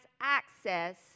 access